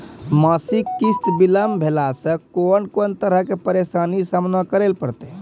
मासिक किस्त बिलम्ब भेलासॅ कून कून तरहक परेशानीक सामना करे परतै?